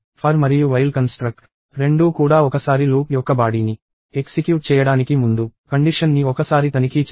for మరియు while construct రెండూ కూడా ఒకసారి లూప్ యొక్క బాడీని ఎక్సిక్యూట్ చేయడానికి ముందు కండిషన్ ని ఒకసారి తనిఖీ చేస్తాయి